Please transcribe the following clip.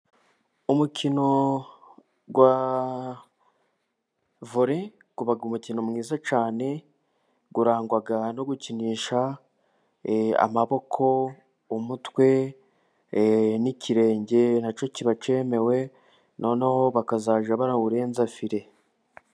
Umukino wa vole uba umukino mwiza cyane, urangwa no gukinisha amaboko, umutwe, n'ikirenge nacyo kiba cyemewe, noneho bakazajya bawurenza fire.